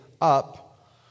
up